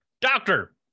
Doctor